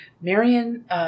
Marion